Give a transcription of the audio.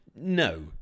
no